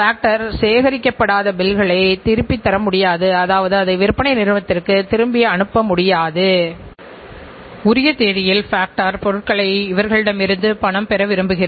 ஆனால் நிர்வாகக் கட்டுப்பாட்டு முறை அரசாங்க நிறுவனத்திலும் இலாப நோக்கற்ற அமைப்பிலும் சமமாக முக்கியமானது